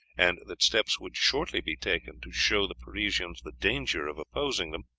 and that steps would shortly be taken to show the parisians the danger of opposing them,